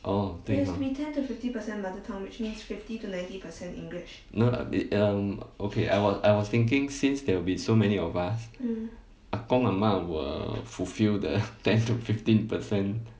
oh 对 hor no lah they uh um okay I was I was thinking since there will be so many of us 阿公阿嫲 will uh fulfill the ten to fifteen percent